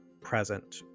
present